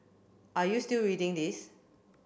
are you still reading this